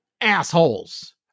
assholes